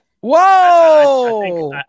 Whoa